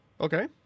Okay